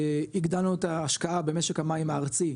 הגדלנו את ההשקעה במשק המים הארצי,